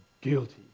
guilty